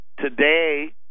Today